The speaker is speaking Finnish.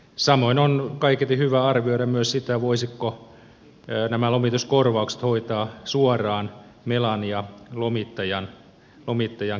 samoin on kaiketi hyvä arvioida myös sitä voisiko nämä lomituskorvaukset hoitaa suoraan melan ja lomittajan kesken